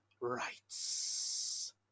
Rights